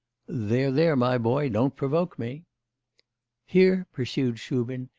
there, there, my boy, don't provoke me here, pursued shubin,